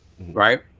right